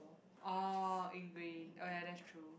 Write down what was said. orh angry oh ya that's true